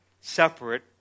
separate